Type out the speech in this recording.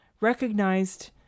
recognized